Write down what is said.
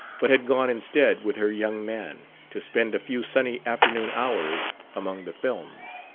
but had gone instead, with her young man, to spend a few sunny afternoon hours among the films.